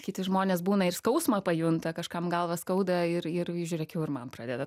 kiti žmonės būna ir skausmą pajunta kažkam galvą skauda ir ir ir žiūrėk jau ir man pradeda